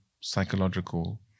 psychological